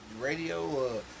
Radio